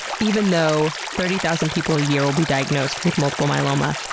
even though thirty thousand people a year will be diagnosed with multiple myeloma,